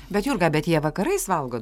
bet jurga bet jie vakarais valgo